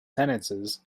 sentences